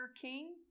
king